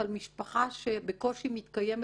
אבל משפחה שבקושי מתקיימת,